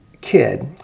kid